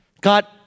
God